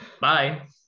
Bye